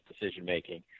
decision-making